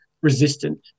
resistant